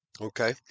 Okay